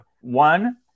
One